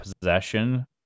possession